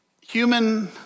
human